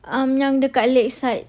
um yang dekat lakeside